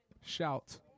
Shout